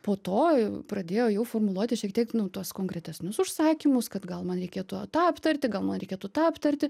po to pradėjo jau formuluoti šiek tiek nu tuos konkretesnius užsakymus kad gal man reikėtų tą aptarti gal man reikėtų tą aptarti